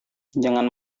jangan